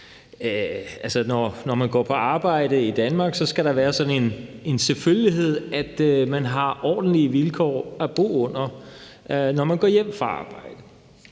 når man går på arbejde i Danmark, skal det være en selvfølgelighed, at man har ordentlige vilkår at bo under, når man går hjem fra arbejde.